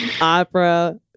opera